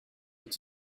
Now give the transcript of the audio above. est